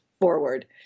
forward